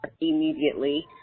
immediately